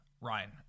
Ryan